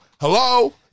Hello